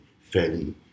fairly